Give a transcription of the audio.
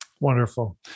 Wonderful